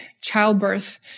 childbirth